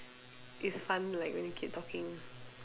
it's fun like when you keep talking